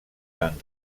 tant